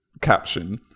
caption